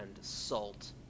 Salt